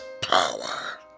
power